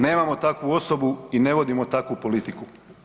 Nemamo takvu osobu i ne vodimo takvu politiku.